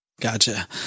Gotcha